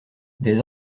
des